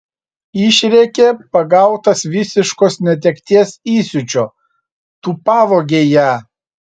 išrėkė pagautas visiškos netekties įsiūčio tu pavogei ją